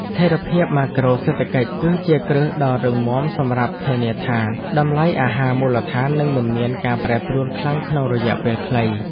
ស្ថិរភាពម៉ាក្រូសេដ្ឋកិច្ច គឺជាគ្រឹះដ៏រឹងមាំសម្រាប់ធានាថាតម្លៃអាហារមូលដ្ឋាននឹងមិនមានការប្រែប្រួលខ្លាំងក្នុងរយៈពេលខ្លី។